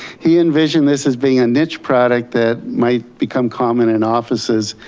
he envisioned this as being a niche product that might become common in offices.